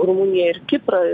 rumuniją ir kiprą